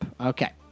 Okay